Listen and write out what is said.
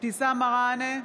אבתיסאם מראענה,